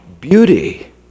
beauty